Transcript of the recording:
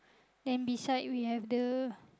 then beside we have the